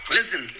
Listen